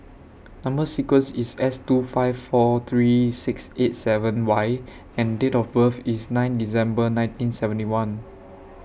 Number sequence IS S two five four three six eight seven Y and Date of birth IS nine December nineteen seventy one